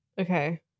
Okay